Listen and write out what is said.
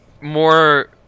more